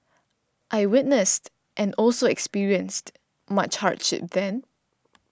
I witnessed and also experienced much hardship then